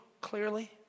clearly